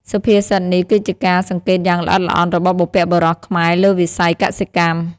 សុភាសិតនេះគឺជាការសង្កេតយ៉ាងល្អិតល្អន់របស់បុព្វបុរសខ្មែរលើវិស័យកសិកម្ម។